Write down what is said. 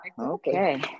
okay